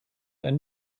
ein